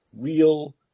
real